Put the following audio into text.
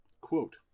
Quote